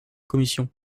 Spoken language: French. commission